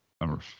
number